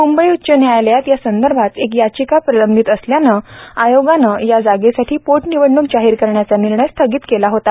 मूंबई उच्चन्यायालयात या संदर्भात एक याचिका प्रलंबित असल्यानं आयोगानंया जागेसाठी पोटनिवडणूक जाहीर करण्याचा निर्णय स्थगित केला होता